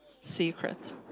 secret